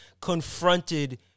confronted